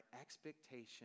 expectation